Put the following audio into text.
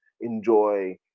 enjoy